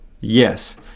Yes